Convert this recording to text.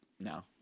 no